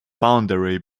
boundary